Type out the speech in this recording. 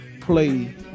play